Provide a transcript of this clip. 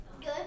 Good